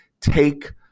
take